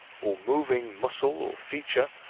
or moving muscle or feature,